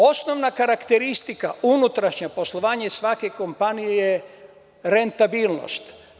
Osnovna karakteristika unutrašnjeg poslovanja svake kompanije je rentabilnost.